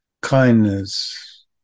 kindness